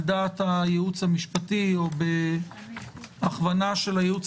על דעת הייעוץ המשפטי או בהכוונה של הייעוץ